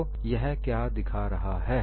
तो यह क्या दिखा रहा है